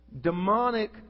demonic